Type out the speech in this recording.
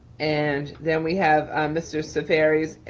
and then we have mr. ciferris.